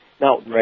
Now